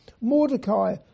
Mordecai